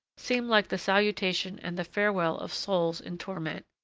seem like the salutation and the farewell of souls in torment,